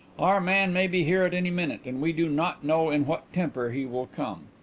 our man may be here at any minute, and we do not know in what temper he will come.